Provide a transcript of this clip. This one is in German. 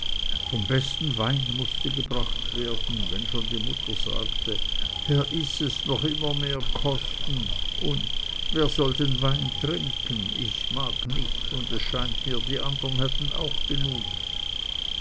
vom besten wein mußte gebracht werden wenn schon die mutter sagte herr yses noch immer mehr kosten und wer soll den wein trinken ich mag nicht und es scheint mir die andern hätten auch genug